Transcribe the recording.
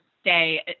stay